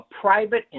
private